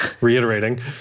reiterating